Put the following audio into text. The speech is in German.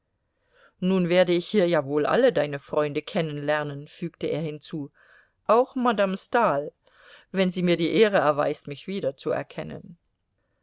nun werde ich hier ja wohl alle deine freunde kennenlernen fügte er hinzu auch madame stahl wenn sie mir die ehre erweist mich wiederzuerkennen